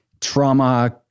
trauma